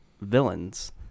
Villains